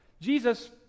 Jesus